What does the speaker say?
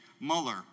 Mueller